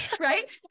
Right